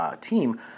team